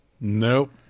Nope